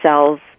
cells